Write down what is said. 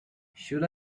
should